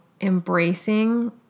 embracing